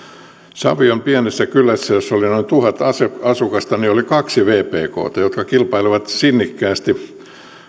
savion pienessä kylässä jossa oli noin tuhat asukasta oli kaksi vpkta jotka kilpailivat sinnikkäästi